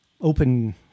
open